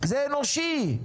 זה אנושי.